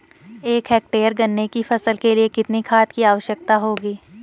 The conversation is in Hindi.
एक हेक्टेयर गन्ने की फसल के लिए कितनी खाद की आवश्यकता होगी?